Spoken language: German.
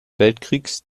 weltkriegs